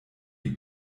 die